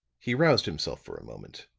he roused himself for a moment,